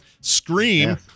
scream